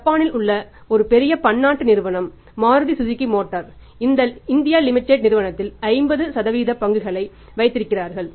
ஜப்பானில் உள்ள ஒரு பெரிய பன்னாட்டு நிறுவனம் Maruti Suzuki motor India limited நிறுவனத்தில் 50 பங்குகளை வைத்திருக்கிறார்கள்